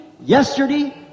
yesterday